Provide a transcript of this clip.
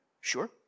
Sure